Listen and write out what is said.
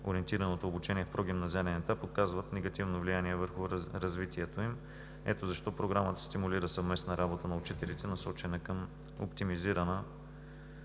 ориентираното обучение в прогимназиален етап, оказват негативно влияние върху развитието им. Ето защо Програмата стимулира съвместна работа на учителите, насочена към оптимизирани